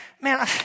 man